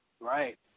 Right